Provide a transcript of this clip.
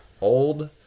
old